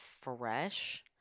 fresh